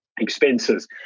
expenses